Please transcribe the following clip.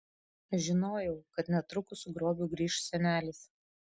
žinojau kad netrukus su grobiu grįš senelis